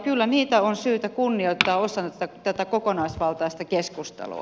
kyllä niitä on syytä kunnioittaa osana tätä kokonaisvaltaista keskustelua